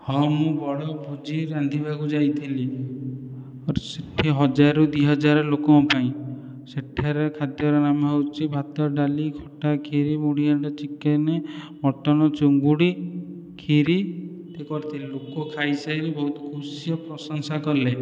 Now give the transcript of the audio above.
ହଁ ମୁଁ ବଡ଼ ଭୋଜି ରାନ୍ଧିବାକୁ ଯାଇଥିଲି ସେଇଠି ହଜାରରୁ ଦୁଇ ହଜାର ଲୋକଙ୍କ ପାଇଁ ସେଠାରେ ଖାଦ୍ୟର ନାମ ହେଉଛି ଭାତ ଡାଲି ଖଟା ଖିରୀ ମୁଢ଼ିଘାଣ୍ଟ ଚିକେନ ମଟନ ଚିଙ୍ଗୁଡ଼ି ଖିରି କରିଥିଲି ଲୋକ ଖାଇସାରି ବହୁତ ଖୁସିରେ ପ୍ରଶଂସା କଲେ